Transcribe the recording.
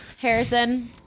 Harrison